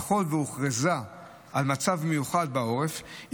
ככל שהוכרז על מצב מיוחד בעורף,